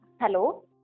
Hello